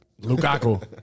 Lukaku